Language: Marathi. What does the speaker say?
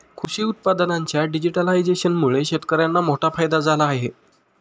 कृषी उत्पादनांच्या डिजिटलायझेशनमुळे शेतकर्यांना मोठा फायदा झाला आहे